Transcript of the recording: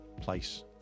place